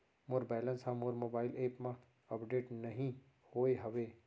मोर balance हा मोर mobile app मा अपडेट नहीं होय हवे